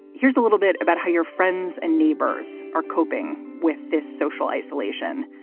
here's a little bit about how your friends and neighbors are coping with this social isolation.